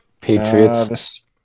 Patriots